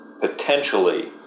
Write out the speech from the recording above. potentially